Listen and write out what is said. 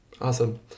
Awesome